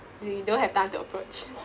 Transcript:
they don't have time to approach